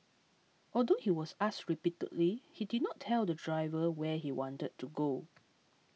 although he was asked repeatedly he did not tell the driver where he wanted to go